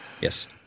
yes